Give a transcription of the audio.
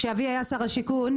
כשאבי היה שר השיכון,